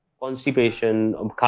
constipation